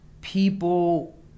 people